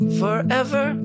forever